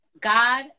God